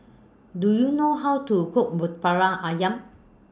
Do YOU know How to Cook Ayam